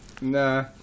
Nah